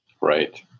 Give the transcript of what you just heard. Right